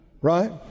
right